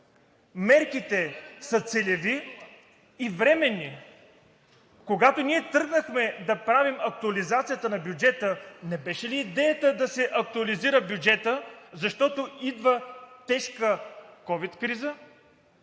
мерките са целеви и временни. Когато ние тръгнахме да правим актуализацията на бюджета, не беше ли идеята да се актуализира бюджетът, защото идва тежка ковид криза,